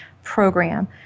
Program